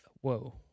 Whoa